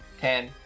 Ten